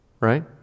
right